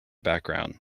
background